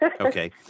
Okay